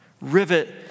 rivet